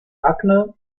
akne